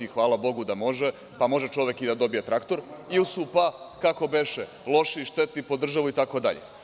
Hvala bogu da može, pa može čovek i da dobije traktor, Jusufa, kako beše loši i šteti po državu itd.